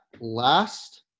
last